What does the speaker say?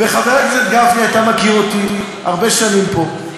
חבר הכנסת גפני, אתה מכיר אותי הרבה שנים פה,